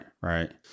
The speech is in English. right